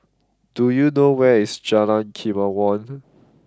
do you know where is Jalan Kemajuan